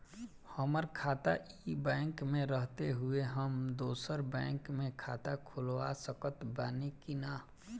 हमार खाता ई बैंक मे रहते हुये हम दोसर बैंक मे खाता खुलवा सकत बानी की ना?